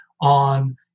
on